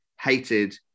hated